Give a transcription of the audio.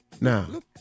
Now